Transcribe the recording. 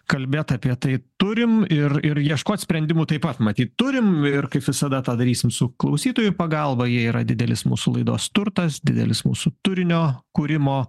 kalbėt apie tai turim ir ir ieškot sprendimų taip pat matyt turim ir kaip visada tą darysim su klausytojų pagalba jie yra didelis mūsų laidos turtas didelis mūsų turinio kūrimo